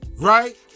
Right